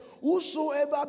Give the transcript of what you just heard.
Whosoever